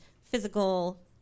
physical